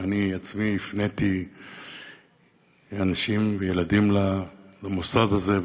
אני עצמי הפניתי אנשים וילדים למוסד הזה,